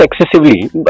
excessively